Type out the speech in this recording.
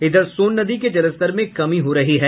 इधर सोन नदी के जलस्तर में कमी हो रही है